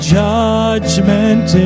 judgment